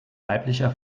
weiblicher